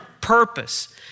purpose